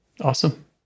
Awesome